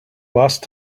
last